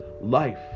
life